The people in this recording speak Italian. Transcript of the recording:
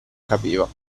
capiva